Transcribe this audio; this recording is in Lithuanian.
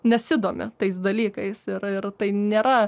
nesidomi tais dalykais ir ir tai nėra